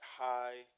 high